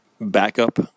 backup